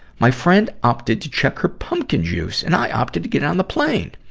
my friend opted to check her pumpkin juice, and i opted to get on the plane.